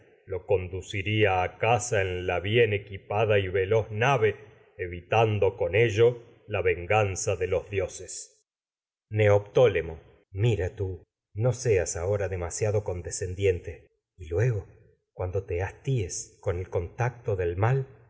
lo conduciría y la bien equi venganza pada los veloz nave evitaiulo con ello la de dioses mira neoptólemo tú no seas ahora demasiado con condescendiente tacto y luego cuando te hasties tal cual el con del mal